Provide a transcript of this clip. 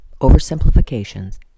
oversimplifications